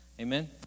amen